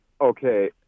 Okay